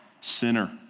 sinner